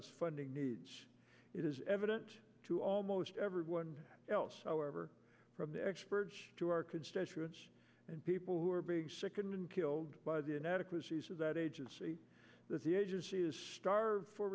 its funding needs it is evident to almost everyone else however from the experts to our constituents and people who are being sickened and killed by the inadequacies of that agency that the agency is star for